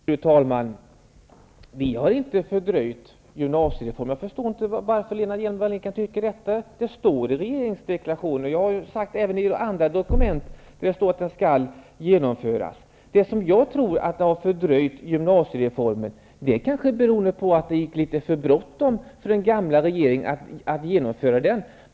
Fru talman! Vi har inte fördröjt gymnasiereformen. Jag förstår inte varför Lena Hjelm-Wallén kan tycka detta. Det står i rgeringsförklaringen och även i andra dokument att den skall genomföras. Det som jag tror har fördröjt gymnasiereformen är att den gamla regeringen kanske hade litet för bråttom att genomföra reformen.